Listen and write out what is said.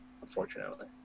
Unfortunately